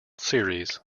series